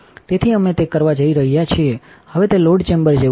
તેથી અમે તે કરવા જઈ રહ્યા છીએ હવે તે લોડ ચેમ્બર જેવું છે